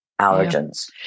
allergens